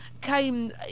Came